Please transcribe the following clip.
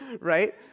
right